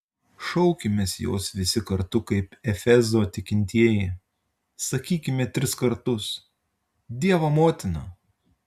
šaukimės jos visi kartu kaip efezo tikintieji sakykime tris kartus dievo motina